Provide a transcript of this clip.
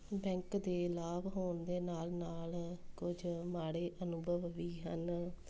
bank ਦੇ ਲਾਭ ਹੋਣ ਦੇ ਨਾਲ ਨਾਲ ਕੁਝ ਮਾੜੇ ਅਨੁਭਵ ਵੀ ਹਨ